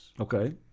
Okay